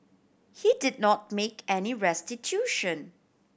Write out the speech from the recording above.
he did not make any restitution